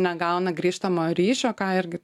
negauna grįžtamojo ryšio ką irgi